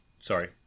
sorry